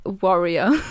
warrior